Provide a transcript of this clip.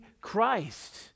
Christ